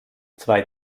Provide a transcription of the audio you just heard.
zwei